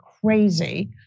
crazy